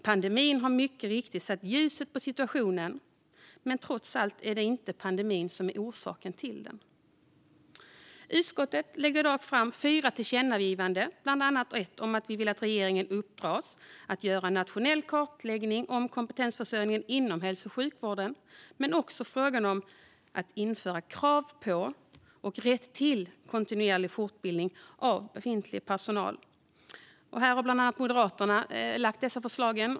Pandemin har satt ljuset på situationen, men det är trots allt inte pandemin som är orsaken till den. Utskottet föreslår i dag fyra tillkännagivanden, bland annat ett om att vi vill att regeringen uppdras att göra en nationell kartläggning av kompetensförsörjningen inom hälso och sjukvården men också utreda frågan om att införa krav på och rätt till kontinuerlig fortbildning av befintlig personal. Det är bland annat Moderaterna som lagt fram dessa förslag.